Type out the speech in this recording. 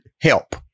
help